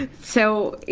so,